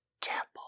temple